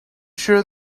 sure